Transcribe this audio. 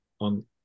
on